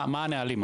מה הנהלים?